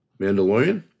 Mandalorian